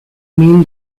mean